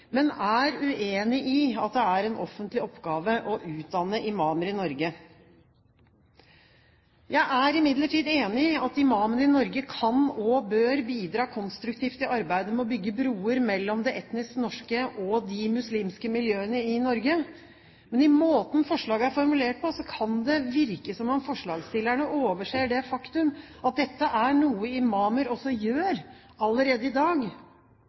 men er uenig i at det er en offentlig oppgave å utdanne imamer i Norge. Jeg er imidlertid enig i at imamene i Norge kan og bør bidra konstruktivt i arbeidet med å bygge broer mellom det etnisk norske og de muslimske miljøene i Norge. I måten forslaget er formulert på, kan det virke som om forslagsstillerne overser det faktum at dette er noe imamer også gjør allerede i dag.